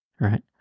Right